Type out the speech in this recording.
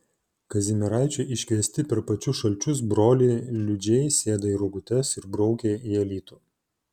kazimieraičio iškviesti per pačius šalčius broliai liudžiai sėda į rogutes ir braukia į alytų